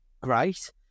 great